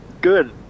good